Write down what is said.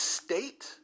state